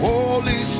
Holy